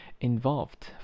Involved